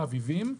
מי אביבים,